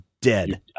dead